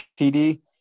PD